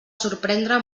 sorprendre